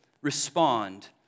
respond